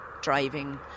driving